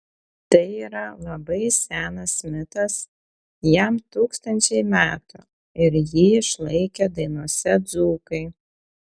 tai yra labai senas mitas jam tūkstančiai metų ir jį išlaikė dainose dzūkai